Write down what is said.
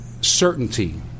certainty